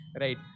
right